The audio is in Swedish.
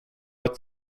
ett